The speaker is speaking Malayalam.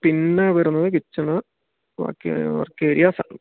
പിന്നെ വരുന്നത് കിച്ചണ് വർക്കേരിയസാണോ